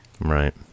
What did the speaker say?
Right